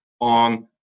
on